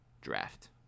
draft